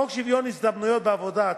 בחוק שוויון ההזדמנויות בעבודה,